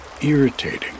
irritating